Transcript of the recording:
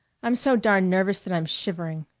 i'm so darn nervous that i'm shivering.